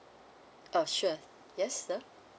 oh sure yes sir